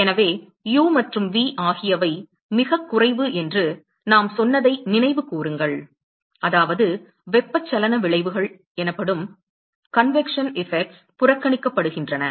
எனவே u மற்றும் v ஆகியவை மிகக் குறைவு என்று நாம் சொன்னதை நினைவு கூறுங்கள் அதாவது வெப்பச்சலன விளைவுகள் புறக்கணிக்கப்படுகின்றன